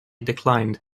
declined